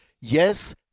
yes